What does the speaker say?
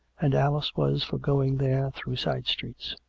and alice was for going there through side streets.